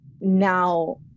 now